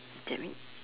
that mean